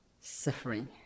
Suffering